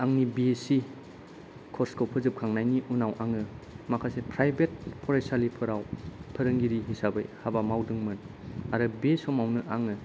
आंनि B S C course खौ फोजोबखांनायनि उनाव आङो माखासे प्राइभेत फरायसालिफोराव फोरोंगिरि हिसाबै हाबा मावदोंमोन आरो बे समावनो आङो